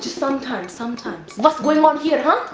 sometimes. sometimes what's going on here, huh?